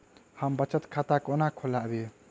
हम बचत खाता कोना खोलाबी?